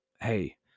hey